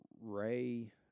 Ray